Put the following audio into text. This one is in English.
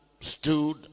stood